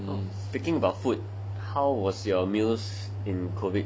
speaking about food how was your meals in COVID